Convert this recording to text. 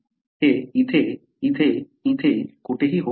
हे इथे इथे इथे इथे कुठेही होऊ शकते